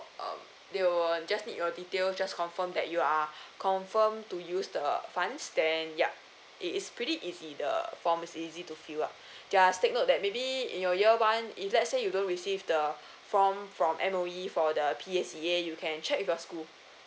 uh they will just need your details just confirm that you are confirm to use the funds then yup it is pretty easy the form is easy to fill up just take note that maybe in your year one if let's say you don't receive the form from M_O_E for the P_S_E_A you can check with your school